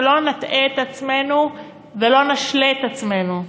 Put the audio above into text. שלא נטעה את עצמנו ולא נשלה את עצמנו.